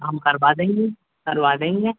हम करवा देंगे करवा देंगे